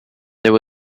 there